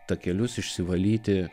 takelius išsivalyti